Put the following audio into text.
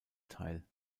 teil